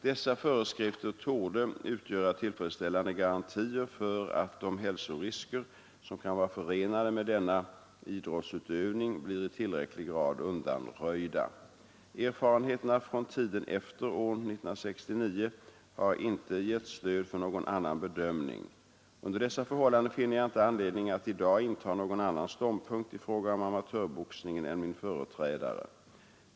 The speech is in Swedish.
Dessa föreskrifter torde utgöra tillfredsställande garantier för att de hälsorisker som kan vara förenade med denna idrottsutövning blir i tillräcklig grad undanröjda. Erfarenheterna från tiden efter år 1969 har inte gett stöd för någon annan bedömning. Under dessa förhållanden finner jag inte anledning att i dag inta någon annan ståndpunkt i fråga om amatörboxningen än min företrädare.